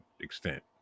extent